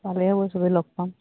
ভালেই হ'ব চবেই লগ পাম